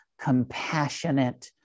compassionate